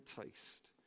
taste